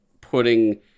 putting